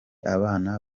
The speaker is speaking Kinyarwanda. abana